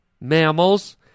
Mammals